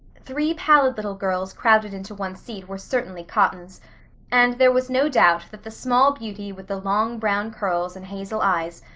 three pallid little girls crowded into one seat were certainly cottons and there was no doubt that the small beauty with the long brown curls and hazel eyes,